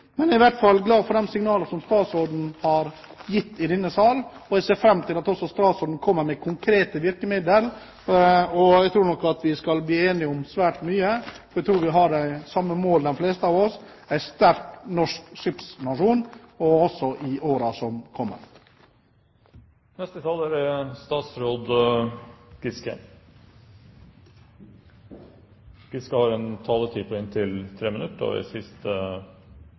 Jeg er i hvert fall glad for de signalene som statsråden har gitt i denne salen, og jeg ser fram til at statsråden også kommer med forslag til konkrete virkemidler. Jeg tror nok at vi skal bli enige om svært mye, for jeg tror vi har de samme målene, de fleste av oss: en sterk norsk skipsfartsnasjon også i årene som kommer. La meg også få takke for mange gode innlegg. Jeg takker interpellanten for å ha tatt opp temaet og